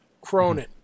Cronin